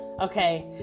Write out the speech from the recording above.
Okay